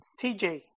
TJ